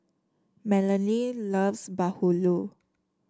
Melony loves bahulu